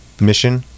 mission